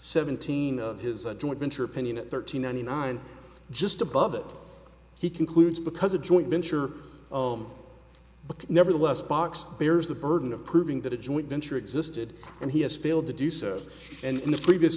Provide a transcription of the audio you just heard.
seventeen of his a joint venture opinion at thirteen ninety nine just above that he concludes because a joint venture of but nevertheless box bears the burden of proving that a joint venture existed and he has failed to do so and in the previous